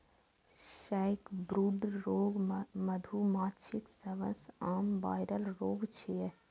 sacbrood रोग मधुमाछीक सबसं आम वायरल रोग छियै